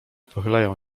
pochylają